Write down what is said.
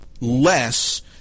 less